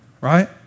Right